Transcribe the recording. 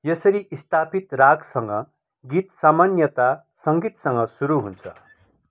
यसरी स्थापित रागसँग गीत सामान्यतया सङ्गीतसँग सुरु हुन्छ